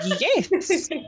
Yes